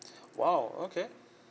!wow! okay